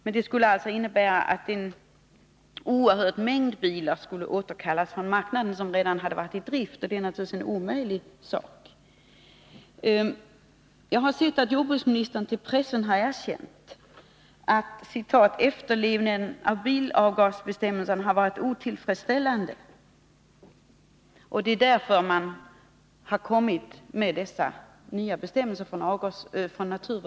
Men det skulle innebära att en oerhörd mängd bilar som redan hade varit i drift skulle återkallas från marknaden. Och det är naturligtvis omöjligt. Jag har sett att jordbruksministern för pressen har erkänt att efterlevnaden av bilavgasbestämmelserna har varit otillfredsställande och att det är anledningen till att naturvårdsverket har kommit med dessa nya bestämmelser.